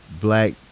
black